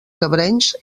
cabrenys